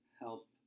help